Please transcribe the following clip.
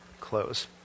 close